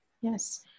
yes